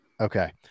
Okay